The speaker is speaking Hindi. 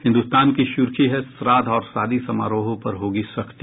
हिन्दुस्तान की सुर्खी है श्राद्ध और शादी समारोहों पर होगी सख्ती